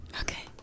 Okay